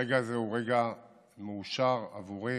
הרגע הזה הוא רגע מאושר עבורי